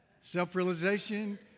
self-realization